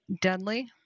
deadly